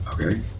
Okay